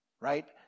right